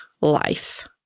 life